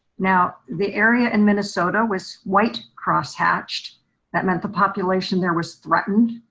now the area in minnesota was white cross hatched that meant the population there was threatened,